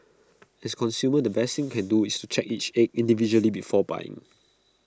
as consumers the best thing can do is to check each egg individually before buying